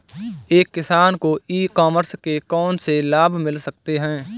एक किसान को ई कॉमर्स के कौनसे लाभ मिल सकते हैं?